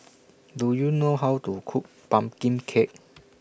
Do YOU know How to Cook Pumpkin Cake